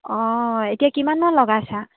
অঁ এতিয়া কিমানমান লগাইছা